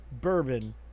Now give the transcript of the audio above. bourbon